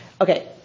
Okay